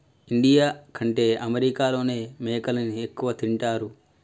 India కంటే అమెరికాలోనే మేకలని ఎక్కువ తింటారు